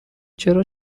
چرا